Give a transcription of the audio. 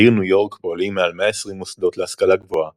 בעיר ניו יורק פועלים מעל 120 מוסדות להשכלה גבוהה